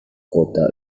kota